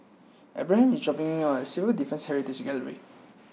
Abraham is dropping me off at Civil Defence Heritage Gallery